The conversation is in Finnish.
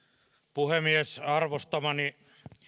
puhemies arvostamani